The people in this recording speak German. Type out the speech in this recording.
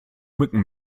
mücken